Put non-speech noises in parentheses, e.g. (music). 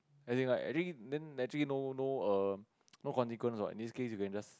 I think like then actually no no err (noise) no consequence this case you can just